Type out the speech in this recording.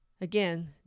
again